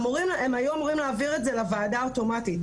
הם היו אמורים להעביר את זה לוועדה אוטומטית,